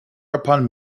upon